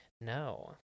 no